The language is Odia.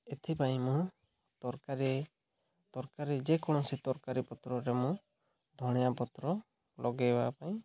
ଏଥିପାଇଁ ମୁଁ ତରକାରୀ ତରକାରୀ ଯେକୌଣସି ତରକାରୀ ପତ୍ରରେ ମୁଁ ଧନିଆ ପତ୍ର ଲଗେଇବା ପାଇଁ